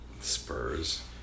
Spurs